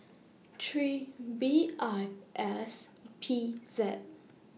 three B I S P Z